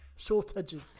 shortages